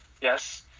Yes